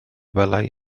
welai